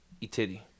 E-titty